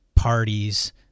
parties